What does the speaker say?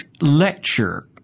lecture